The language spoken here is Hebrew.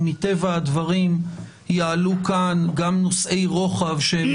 ומטבע הדברים יעלו כאן גם נושאי רוחב שהם